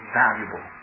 valuable